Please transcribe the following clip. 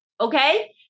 okay